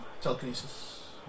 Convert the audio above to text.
Telekinesis